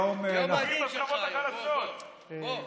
בוא, בוא.